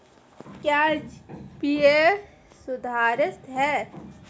क्या जी.पी.ए सुरक्षित है?